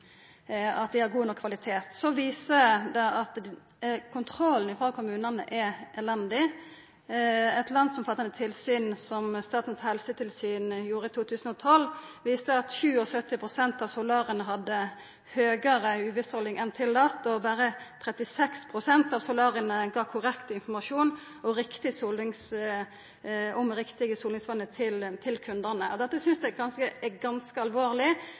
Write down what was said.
at dei har god nok kvalitet. Så viser det seg at kontrollen frå kommunane er elendig. Eit landsomfattande tilsyn som Statens helsetilsyn gjorde i 2012, viste at 77 pst. av solaria hadde høgare UV-stråling enn tillate, og berre 36 pst. av solaria gav korrekt informasjon om riktig solingsvanar til kundane. Dette synest eg er ganske